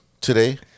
today